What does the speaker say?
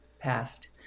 passed